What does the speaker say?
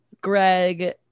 greg